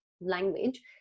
language